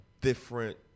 different